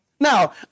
Now